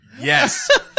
Yes